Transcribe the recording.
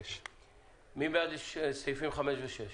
מי בעד סעיפים 5 ו-6,